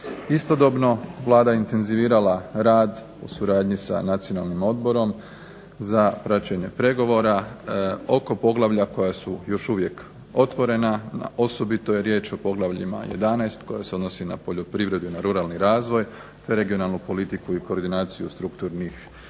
Istodobno Vlada je intenzivirala rad u suradnji sa Nacionalnim odborom za praćenje pregovora oko poglavlja koja su još uvijek otvorena. Osobito je riječ o poglavljima 11. koje se odnosi na poljoprivredu i na ruralni razvoj te regionalnu politiku i koordinaciju strukturnih